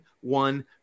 one